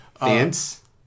Dance